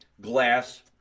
glass